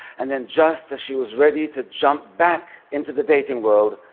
and then just as she was ready to jump back into the dating world,